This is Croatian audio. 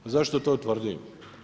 Zašto to tvrdim?